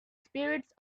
spirits